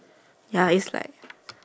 ya is like